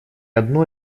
одно